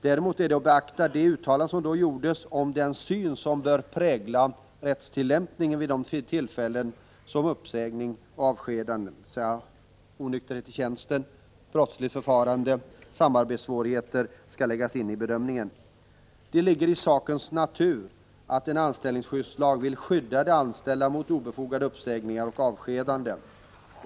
Däremot är det att beakta uttalanden som då gjordes om den syn som bör prägla rättstillämpningen vid vissa fall av uppsäganden och avskedanden, dvs. då onykterhet i tjänsten, brottsligt förfarande och samarbetssvårigheter skall läggas in i bedömningen. Det ligger i sakens natur att en anställningsskyddslag vill skydda de anställda mot obefogade uppsägningar och avskedanden.